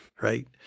right